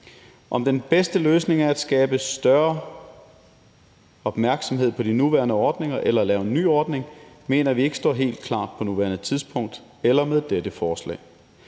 Om den bedste løsning er at skabe større opmærksomhed på de nuværende ordninger eller lave en ny ordning, mener vi ikke står helt klart på nuværende tidspunkt eller med dette forslag.